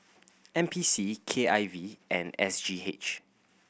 N P C K I V and S G H